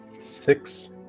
six